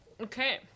Okay